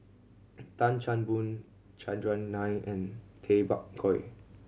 Tan Chan Boon Chandran Nair and Tay Bak Koi